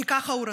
כי ככה הוא רצה.